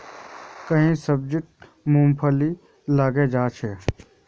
कई सब्जित फफूंदी लगे जा छे